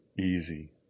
easy